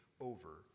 over